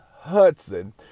Hudson